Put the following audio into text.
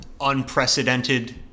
unprecedented